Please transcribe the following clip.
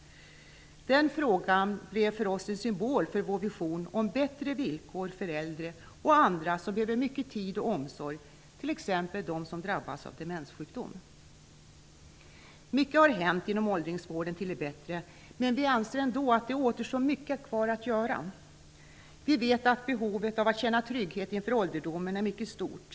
Den frågan blev för oss en symbol för vår vision om bättre villkor för äldre och andra som behöver mycken tid och omsorg, t.ex. de som drabbas av demenssjukdom. Mycket har hänt till det bättre inom åldringsvården, men vi anser ändå att det återstår mycket att göra. Vi vet att behovet av att känna trygghet inför ålderdomen är mycket stort.